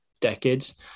decades